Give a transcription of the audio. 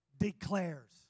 declares